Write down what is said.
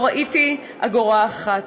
לא ראיתי אגורה אחת.